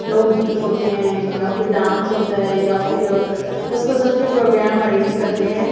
لوک گیت ہوتے ہیں یا پھر ڈانس ہوتا ہے یا پھر اس قسم کے پروگرام ارینج کرتے ہیں